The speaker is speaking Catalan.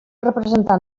representant